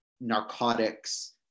narcotics